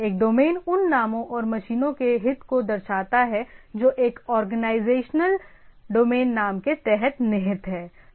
एक डोमेन उन नामों और मशीनों के हित को दर्शाता है जो एक ऑर्गेनाइजेशनल डोमेन नाम के तहत निहित हैं